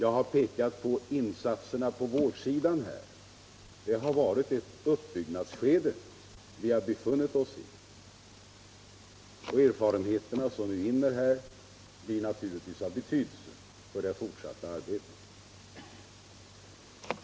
Jag har pekat på insatserna på vårdsidan. Vi har befunnit oss i ett uppbyggnadsskede, och de erfarenheter som vi vinner här blir naturligtvis av betydelse för det fortsatta arbetet.